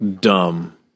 dumb